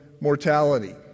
mortality